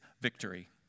victory